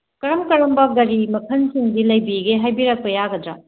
ꯀꯔꯝ ꯀꯔꯝꯕ ꯒꯥꯔꯤ ꯃꯈꯟꯁꯤꯡꯗꯤ ꯂꯩꯕꯤꯒꯦ ꯍꯥꯏꯕꯤꯔꯛꯄ ꯌꯥꯒꯗ꯭ꯔꯥ